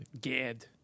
Gad